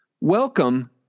Welcome